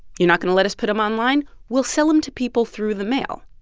you're not going to let us put them online, we'll sell them to people through the mail.